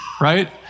right